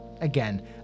Again